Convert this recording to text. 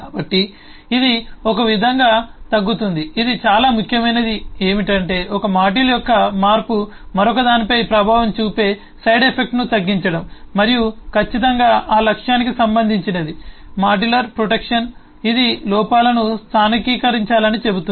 కాబట్టి ఇది ఒక విధంగా తగ్గుతుంది ఇది చాలా ముఖ్యమైనది ఏమిటంటే ఒక మాడ్యూల్ యొక్క మార్పు మరొకదానిపై ప్రభావం చూపే సైడ్ ఎఫెక్ట్ను తగ్గించడం మరియు ఖచ్చితంగా ఆ లక్ష్యానికి సంబంధించినది మాడ్యులర్ ప్రొటెక్షన్ ఇది లోపాలను స్థానికీకరించాలని చెబుతుంది